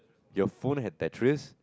your phone have batteries